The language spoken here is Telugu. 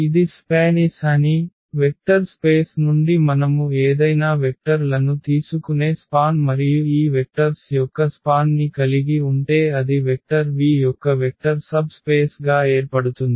ఇది SPAN S అని వెక్టర్ స్పేస్ నుండి మనము ఏదైనా వెక్టర్ లను తీసుకునే స్పాన్ మరియు ఈ వెక్టర్స్ యొక్క స్పాన్ ని కలిగి ఉంటే అది వెక్టర్ V యొక్క వెక్టర్ సబ్ స్పేస్ గా ఏర్పడుతుంది